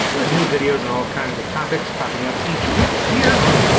with new videos on all kinds of topics popping up each week here on ah